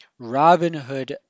Robinhood